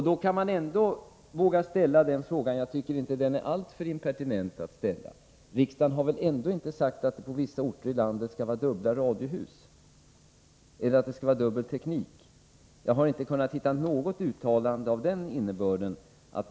Då tycker jag att det inte är alltför impertinent att ställa frågan: Riksdagen har väl ändå inte sagt att det på vissa orter i landet skall finnas dubbla radiohus eller att det skall finnas dubbel teknik? Jag har inte kunnat hitta något uttalande av den innebörden.